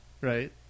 right